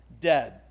dead